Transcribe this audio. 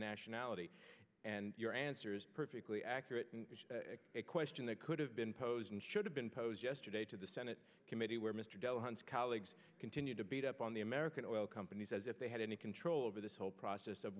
nationality and your answer is perfectly accurate a question that could have been posed and should have been posed yesterday to the senate committee mr del hunt's colleagues continue to beat up on the american oil companies as if they had any control over this whole process of